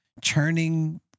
churning